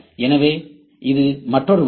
எனவே இது மற்றொரு வழி